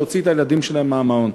להוציא את הילדים שלהן מהמעון.